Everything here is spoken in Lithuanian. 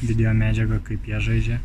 videomedžiagą kaip jie žaidžia